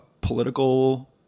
political